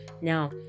Now